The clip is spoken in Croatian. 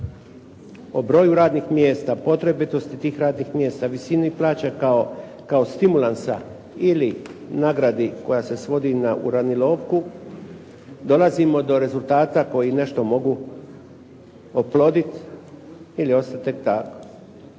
o broju radnih mjesta, potrebitosti tih radnih mjesta, visini plaće kao stimulansa ili nagradi koja se svodi na uranilovku, dolazimo do rezultata koji nešto mogu oploditi ili ostati tek tako.